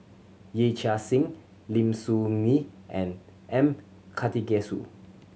Yee Chia Hsing Lim Soo Ngee and M Karthigesu